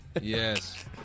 Yes